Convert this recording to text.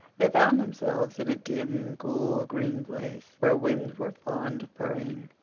they found themselves in a dim, cool, green place where winds were fond of purring.